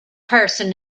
person